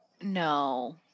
No